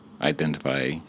identify